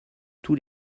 tous